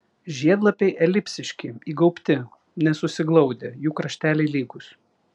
žiedlapiai elipsiški įgaubti nesusiglaudę jų krašteliai lygūs